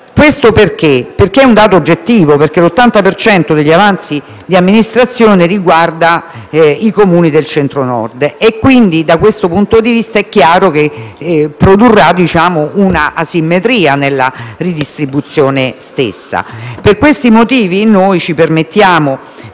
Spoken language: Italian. Questo perché si tratta di un dato oggettivo; l'80 per cento degli avanzi di amministrazione riguarda i Comuni del Centro-Nord e, quindi, da questo punto di vista è chiaro che si produrrà un'asimmetria nella ridistribuzione stessa. Per questi motivi noi ci permettiamo,